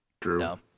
true